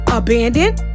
abandoned